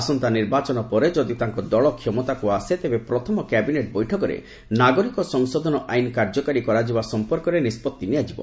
ଆସନ୍ତା ନିର୍ବାଚନ ପରେ ଯଦି ତାଙ୍କ ଦଳ କ୍ଷମତାକୁ ଆସେ ତେବେ ପ୍ରଥମ କ୍ୟାବିନେଟ ବୈଠକରେ ନାଗରିକ ସଂଶୋଧନ ଆଇନ କାର୍ଯ୍ୟକାରୀ କରାଯିବା ସମ୍ପର୍କରେ ନିଷ୍ପଭି ନିଆଯିବ